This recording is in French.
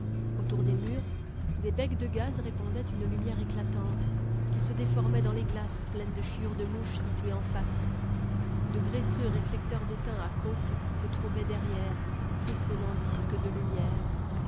autour des murs des becs de gaz répandaient une lumière éclatante qui se déformait dans les glaces pleines de chiures de mouches situées en face de graisseux réflecteurs d'étain à côtes se trouvaient derrière frissonnants disques de lumière